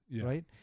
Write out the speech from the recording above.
right